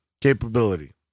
capability